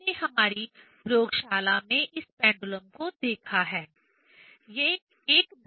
आपने हमारी प्रयोगशाला में इस पेंडुलम को देखा है